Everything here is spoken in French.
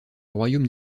royaume